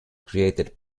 created